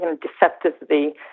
deceptively